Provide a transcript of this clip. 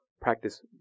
practice